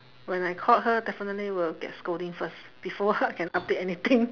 when I called her definitely will get scolding first before I can update anything